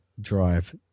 drive